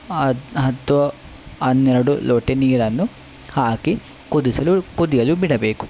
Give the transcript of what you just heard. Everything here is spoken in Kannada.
ಹ ಹತ್ತು ಹನ್ನೆರಡು ಲೋಟ ನೀರನ್ನು ಹಾಕಿ ಕುದಿಸಲು ಕುದಿಯಲು ಬಿಡಬೇಕು